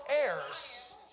heirs